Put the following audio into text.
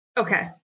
Okay